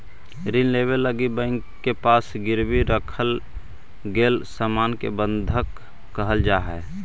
ऋण लेवे लगी बैंक के पास गिरवी रखल गेल सामान के बंधक कहल जाऽ हई